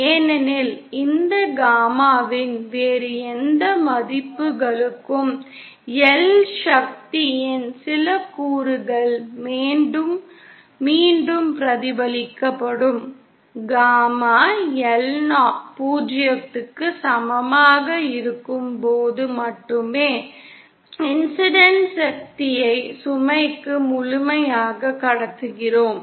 ஏனெனில் இந்த காமாவின் வேறு எந்த மதிப்புகளுக்கும் L சக்தியின் சில கூறுகள் மீண்டும் பிரதிபலிக்கப்படும் காமா L 0 க்கு சமமாக இருக்கும்போது மட்டுமே இன்சிடெண்ட் சக்தியை சுமைக்கு முழுமையாக கடத்துகிறோம்